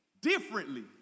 differently